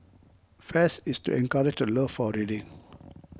fest is to encourage the love for reading